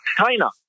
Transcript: China